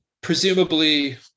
Presumably